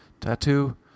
tattoo